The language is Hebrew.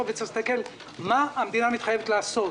וצריך להסתכל מה המדינה מתחייבת לעשות,